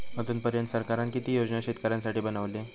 अजून पर्यंत सरकारान किती योजना शेतकऱ्यांसाठी बनवले?